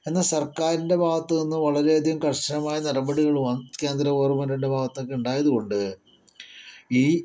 എന്നാൽ സർക്കാരിന്റെ ഭാഗത്തു നിന്ന് വളരെയധികം കർശനമായ നടപടികളും കേന്ദ്ര ഗവൺമെന്റിന്റെ ഭാഗത്തുനിന്നൊക്കെ ഉണ്ടായതുകൊണ്ട് ഈ